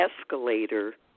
escalator